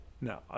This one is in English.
No